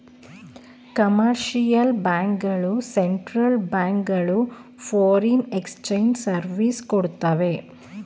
commercial bank ಗಳು central bank ಗಳು foreign exchange service ಕೊಡ್ತವೆ